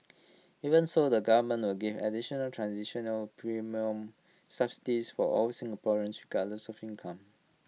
even so the government will give additional transitional premium subsidies for all Singaporeans regardless of income